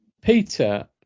peter